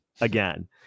again